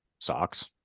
Socks